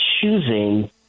choosing